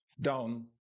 down